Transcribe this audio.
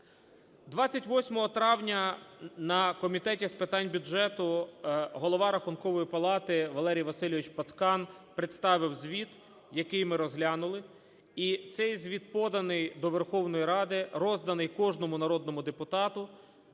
28 травня на Комітеті з питань бюджету Голова Рахункової палати Валерій Васильович Пацкан представив звіт, який ми розглянули, і цей звіт поданий до Верховної Ради, розданий кожному народному депутату.